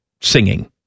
singing